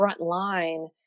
frontline